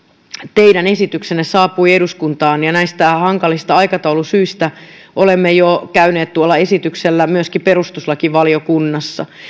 teidän esityksenne saapui eduskuntaan ja näistä hankalista aikataulusyistä olemme jo käyneet tuon esityksen kanssa myöskin perustuslakivaliokunnassa